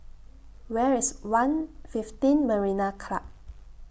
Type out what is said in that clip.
Where IS one fifteen Marina Club